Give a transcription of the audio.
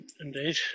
Indeed